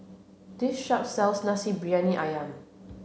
this shop sells Nasi Briyani Ayam